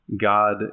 God